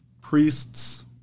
priests